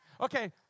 Okay